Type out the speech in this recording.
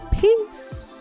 Peace